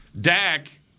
Dak